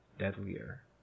deadlier